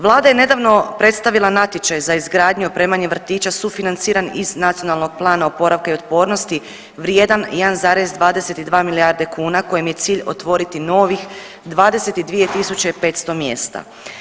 Vlada je nedavno predstavila natječaj za izgradnju i opremanje vrtića sufinanciran iz Nacionalnog plana oporavka i otpornosti vrijedan 1,22 milijarde kuna kojem je cilj otvoriti novih 22.500 mjesta.